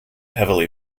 heavily